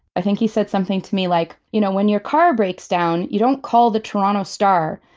i think he said something to me like, you know, when your car breaks down you don't call the toronto star,